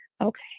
Okay